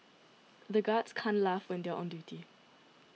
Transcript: the guards can't laugh when they are on duty